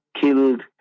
killed